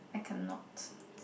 I cannot